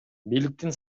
бийликтин